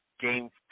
Game